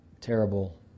terrible